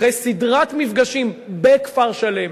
אחרי סדרת מפגשים בכפר-שלם